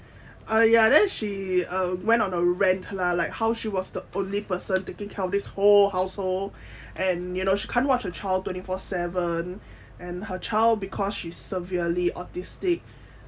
uh ya then she went on a rant lah like how she was the only person taking care of this whole household and you know she can't watch her child twenty four seven and her child because she severely autistic like